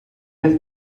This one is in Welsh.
beth